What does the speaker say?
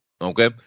Okay